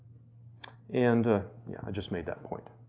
and yeah, i just made that point.